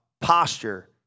posture